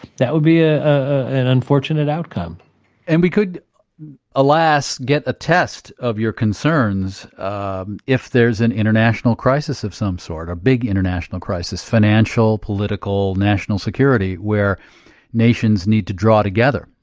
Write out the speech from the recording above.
that would be ah an unfortunate outcome and we could alas get a test of your concerns um if there is an international crisis of some sort, a big international crisis, financial, political, national security, where nations need to draw together.